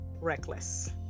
reckless